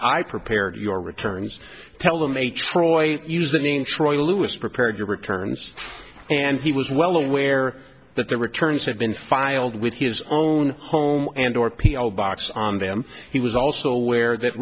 i prepared your returns tell them a troy use the name troy lewis prepare your returns and he was well aware that the returns had been filed with his own home and or p o box on them he was also aware that